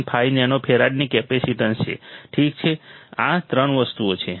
5 nano ફેરાડની capacitance છે ઠીક છે આ 3 વસ્તુઓ છે